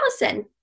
allison